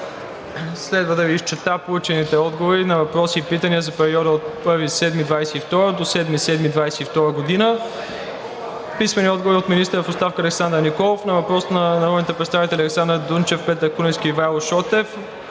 Следва да Ви изчета получените отговори на въпроси и питания за периода от 1 до 7 юли 2022 г. Писмени отговори от: - министъра в оставка Александър Николов на въпрос от народните представители Александър Дунчев, Петър Куленски и Ивайло Шотев;